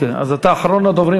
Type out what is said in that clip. אני מבין שאתה אחרון הדוברים,